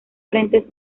frentes